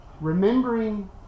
Remembering